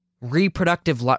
Reproductive